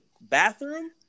bathroom